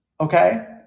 okay